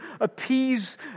appease